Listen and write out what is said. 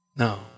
No